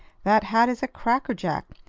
that hat is a cracker jack!